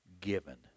given